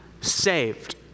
saved